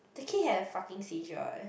the kid have fucking seizure eh